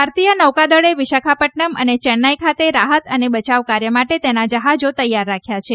ભારતીય નૌકાદળે વિશાખાપટનમ ચેન્નાઇ ખાતે રાહત અને બચાવ કાર્ય માટે તેના જહાજો તૈયાર રાખ્યાં છે